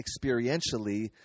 experientially